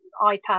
iPad